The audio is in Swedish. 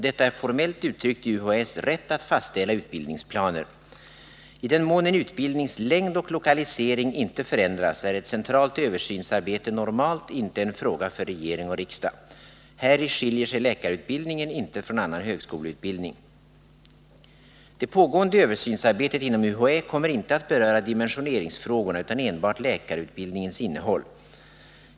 Detta är formellt uttryckt i UHÄ:s rätt att fastställa utbildningsplaner. I den mån en utbildnings längd och lokalisering inte förändras är ett centralt översynsarbete normalt inte en fråga för regering och riksdag. Häri skiljer sig läkarutbildningen inte från annan högskoleutbildning. Det pågående översynsarbetet inom UHÄ kommer inte att beröra dimensioneringsfrågorna utan enbart läkarutbildningens innehåll.